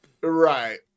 right